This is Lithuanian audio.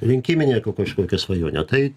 rinkiminė kažkokia svajonė tai